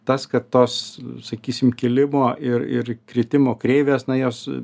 tas kad tos sakysim kilimo ir ir kritimo kreivės na jos